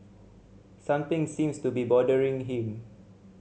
something seems to be bothering him